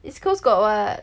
East Coast got what